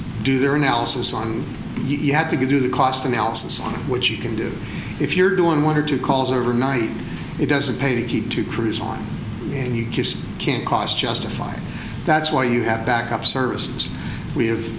do their analysis on you had to do the cost analysis on what you can do if you're doing one or two calls overnight it doesn't pay to keep two crews on and you just can't cost justified that's why you have a backup service we have